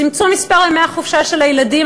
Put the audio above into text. צמצום מספר ימי החופשה של הילדים,